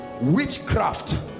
witchcraft